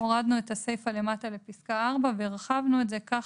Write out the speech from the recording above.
הורדנו את הסיפא למטה לפסקה (4) והרחבנו את זה כך